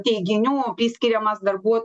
teiginių priskiriamas darbuo